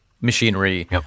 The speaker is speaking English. machinery